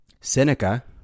Seneca